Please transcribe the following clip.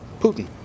Putin